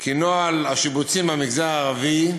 כי נוהל השיבוצים במגזר הערבי,